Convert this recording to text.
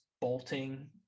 bolting